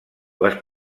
les